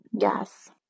Yes